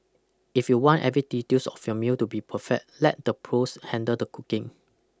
if you want every details of your meal to be perfect let the pros handle the cooking